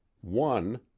One